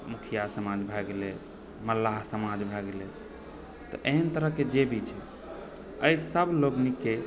मुखिआ समाज भए गेलै मल्लाह समाज भए गेलै तऽ एहन तरहके जे भी छै एहि सब लोकनिके